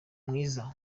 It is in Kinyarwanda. mwiza